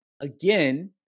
again